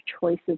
choices